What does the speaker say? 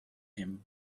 him